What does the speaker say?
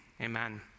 amen